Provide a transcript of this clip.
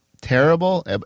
terrible